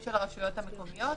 של הרשויות המקומיות.